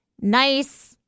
nice